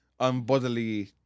unbodily